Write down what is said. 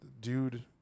dude